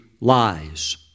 lies